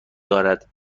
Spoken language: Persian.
دارد